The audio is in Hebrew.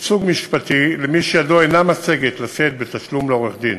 ייצוג משפטי למי שידו אינה משגת לשאת בתשלום לעורך-דין.